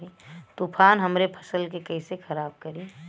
तूफान हमरे फसल के कइसे खराब करी?